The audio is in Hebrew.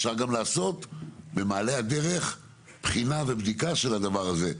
אפשר גם לעשות במעלה הדרך בחינה ובדיקה של הדבר הזה.